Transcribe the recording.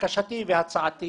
בקשתי והצעתי